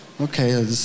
okay